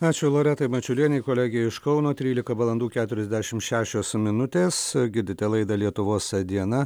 ačiū loretai mačiulienei kolegei iš kauno trylika valandų keturiasdešim šešios minutės girdite laidą lietuvos diena